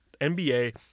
NBA